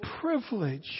privilege